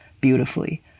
beautifully